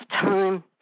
time